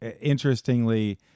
interestingly